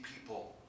people